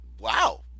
wow